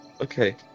Okay